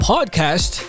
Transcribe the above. Podcast